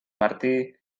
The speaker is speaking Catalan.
martí